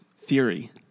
theory